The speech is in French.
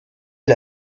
est